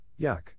yuck